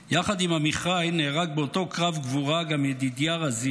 יחד עם עמיחי נהרג באותו קרב גבורה גם ידידיה רזיאל,